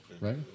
right